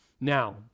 Now